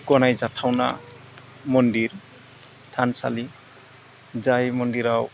गनायजाथावना मन्दिर एबा थानसालि जाय मन्दिराव